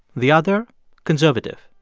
the other conservative.